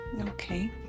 Okay